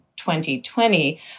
2020